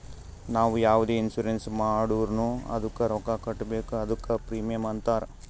ನಾವು ಯಾವುದೆ ಇನ್ಸೂರೆನ್ಸ್ ಮಾಡುರ್ನು ಅದ್ದುಕ ರೊಕ್ಕಾ ಕಟ್ಬೇಕ್ ಅದ್ದುಕ ಪ್ರೀಮಿಯಂ ಅಂತಾರ್